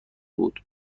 بود